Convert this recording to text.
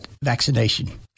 vaccination